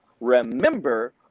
remember